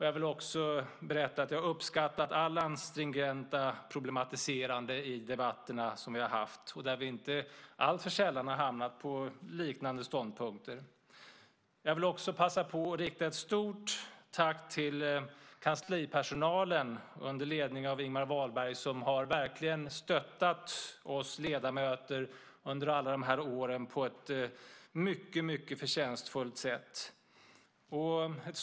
Jag vill också berätta att jag har uppskattat Allans stringenta problematiserande i de debatter vi har haft, där vi inte alltför sällan har hamnat på liknande ståndpunkter. Jag vill också passa på att rikta ett stort tack till kanslipersonalen, under ledning av Ingemar Wahlberg, som verkligen har stöttat oss ledamöter under alla dessa år på ett mycket förtjänstfullt sätt.